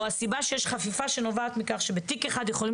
או הסיבה שיש חפיפה שנובעת מכך שבתיק אחד יכולים